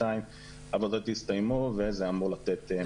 העבודות יסתיימו וזה אמור לתת מענה.